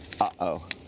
uh-oh